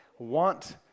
want